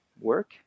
work